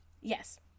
Yes